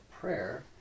prayer